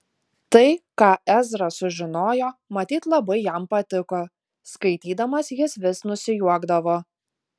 tai ką ezra sužinojo matyt labai jam patiko skaitydamas jis vis nusijuokdavo